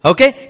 Okay